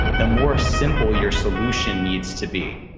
the more simple your solution needs to be.